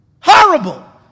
Horrible